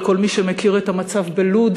לכל מי שמכיר את המצב בלוד,